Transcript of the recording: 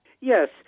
Yes